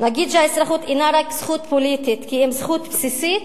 נגיד שהאזרחות אינה רק זכות פוליטית כי אם זכות בסיסית?